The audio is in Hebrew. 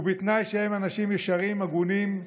ובתנאי שהם אנשים ישרים, הגונים,